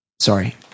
Sorry